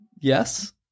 Yes